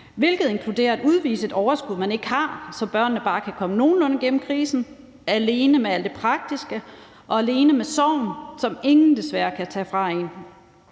hvilket inkluderer at udvise et overskud, man ikke har, så børnene kan komme bare nogenlunde igennem krisen, alene med alt det praktiske og alene med sorgen, som ingen desværre kan tage fra en.